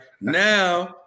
Now